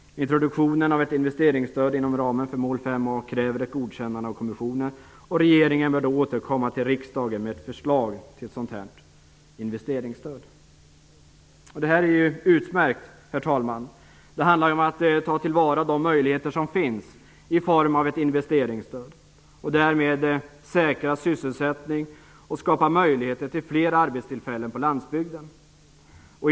Introduktionen av ett investeringsstöd inom ramen för mål 5a kräver ett godkännande av kommissionen. Regeringen bör återkomma till riksdagen med förslag till ett sådant investeringsstöd." Det här är utmärkt, herr talman. Det handlar om att ta till vara de möjligheter som finns i form av ett investeringsstöd, och om att därmed säkra sysselsättning och skapa möjligheter till fler arbetstillfällen på landsbygden.